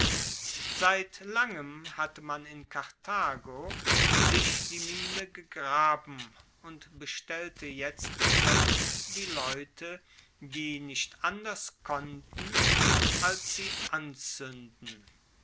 seit langem hatte man in karthago sich die mine gegraben und bestellte jetzt selbst die leute die nicht anders konnten als sie anzuenden